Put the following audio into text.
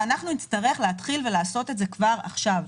ונצטרך לעשות את זה כבר עכשיו,